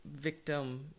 victim